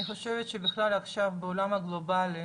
אני חושבת שבכלל עכשיו בעולם גלובלי